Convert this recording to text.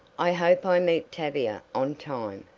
i hope i meet tavia on time,